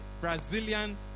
Brazilian